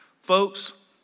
Folks